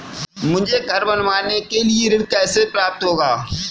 मुझे घर बनवाने के लिए ऋण कैसे प्राप्त होगा?